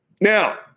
Now